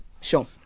Sure